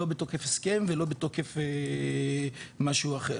לא בתוקף הסכם ולא בתוקף משהו אחר,